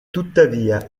tuttavia